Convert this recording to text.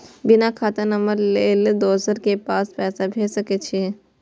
बिना खाता नंबर लेल दोसर के पास पैसा भेज सके छीए?